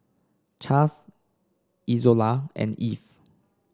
Chas Izola and Eve